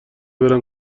برم